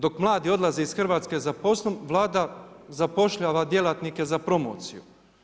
Dok mladi odlaze iz Hrvatske za poslom, Vlada zapošljava djelatnike za promociju.